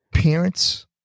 Parents